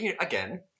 again